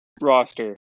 Roster